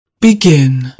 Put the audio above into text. Begin